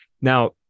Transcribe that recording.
Now